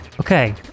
Okay